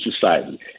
society